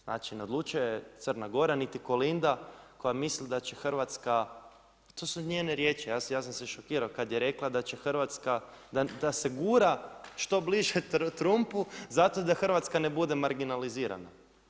Znači ne odlučuje Crna Gora niti Kolinda koja mislim da će Hrvatska, to su njene riječi, ja sam se šokirao kada je rekla da će Hrvatska, da se gura što bliže Trumpu zato da Hrvatska ne bude marginalizirana.